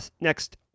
next